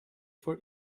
for